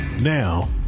Now